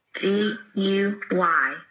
G-U-Y